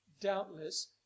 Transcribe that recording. doubtless